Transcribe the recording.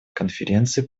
конференции